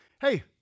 Hey